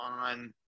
on